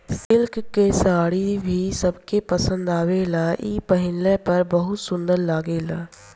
silk के साड़ी भी सबके पसंद आवेला इ पहिनला पर बहुत सुंदर लागेला